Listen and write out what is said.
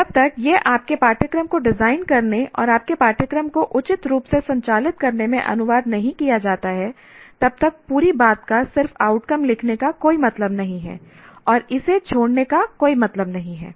जब तक यह आपके पाठ्यक्रम को डिजाइन करने और आपके पाठ्यक्रम को उचित रूप से संचालित करने में अनुवाद नहीं किया जाता है तब तक पूरी बात का सिर्फ आउटकम लिखने का कोई मतलब नहीं है और इसे छोड़ने का कोई मतलब नहीं है